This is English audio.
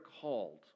called